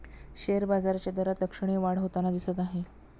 share बाजाराच्या दरात लक्षणीय वाढ होताना दिसत आहे